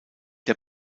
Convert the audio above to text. der